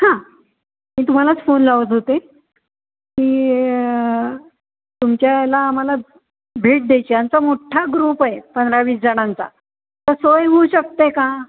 हां मी तुम्हालाच फोन लावत होते की तुमच्या ह्याला आम्हाला भेट द्यायची आमचा मोठा ग्रुप आहे पंधरा वीस जणांचा तर सोय होऊ शकते का